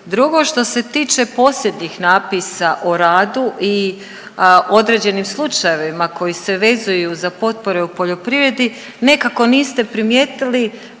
Drugo, što se tiče posljednjih napisa o radu i određenim slučajevima koji se vezuju za potpore u poljoprivredi nekako niste primijetili